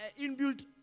inbuilt